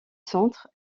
centre